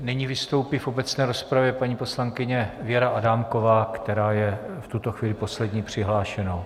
Nyní vystoupí v obecné rozpravě paní poslankyně Věra Adámková, která je v tuto chvíli poslední přihlášenou.